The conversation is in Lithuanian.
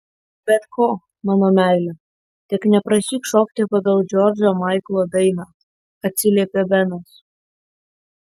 bet ko mano meile tik neprašyk šokti pagal džordžo maiklo dainą atsiliepė benas